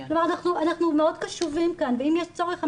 כלומר אנחנו מאוד קשובים כאן ואם יש צורך,